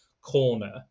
corner